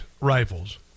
rifles